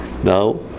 Now